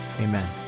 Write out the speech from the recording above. amen